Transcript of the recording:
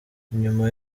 nyuma